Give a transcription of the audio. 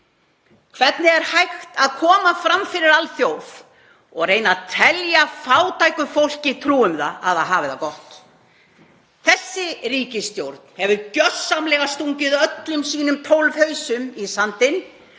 Hvernig er hægt að koma fram fyrir alþjóð og reyna að telja fátæku fólki trú um að það hafi það gott? Þessi ríkisstjórn hefur gjörsamlega stungið öllum sínum tólf hausum í sandinn